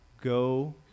go